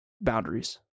boundaries